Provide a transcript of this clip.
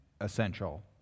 essential